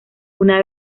una